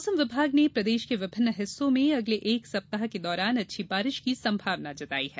मौसम विभाग ने प्रदेश के विभिन्न हिस्सों में अगले एक सप्ताह के दौरान अच्छी बारिश की संभावना जताई है